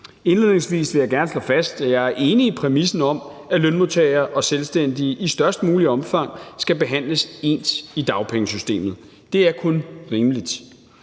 indledningsvis vil jeg gerne slå fast, at jeg er enig i præmissen om, at lønmodtagere og selvstændige i størst muligt omfang skal behandles ens i dagpengesystemet. Det er kun rimeligt.